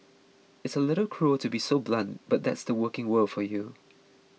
it's a little cruel to be so blunt but that's the working world for you